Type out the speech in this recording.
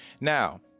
Now